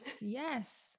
yes